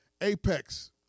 Apex